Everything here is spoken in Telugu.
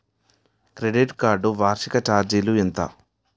క్రెడిట్ కార్డ్ వార్షిక ఛార్జీలు ఎంత?